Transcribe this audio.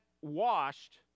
washed